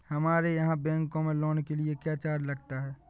हमारे यहाँ बैंकों में लोन के लिए क्या चार्ज लगता है?